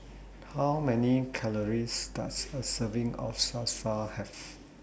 How Many Calories Does A Serving of Salsa Have